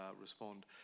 respond